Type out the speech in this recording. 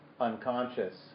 unconscious